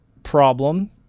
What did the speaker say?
problem